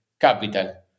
capital